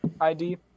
ID